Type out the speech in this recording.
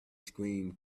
screamed